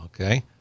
Okay